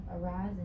Arise